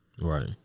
Right